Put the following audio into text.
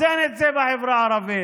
אז אין את זה בחברה הערבית,